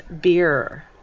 Beer